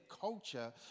culture